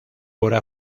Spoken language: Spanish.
obra